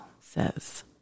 says